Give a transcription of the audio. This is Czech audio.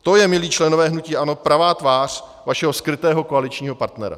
To je, milí členové hnutí ANO, pravá tvář vašeho skrytého koaličního partnera.